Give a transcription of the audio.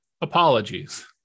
apologies